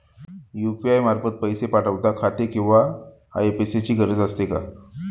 UPI मार्फत पैसे पाठवता खाते क्रमांक किंवा आय.एफ.एस.सी ची गरज असते का?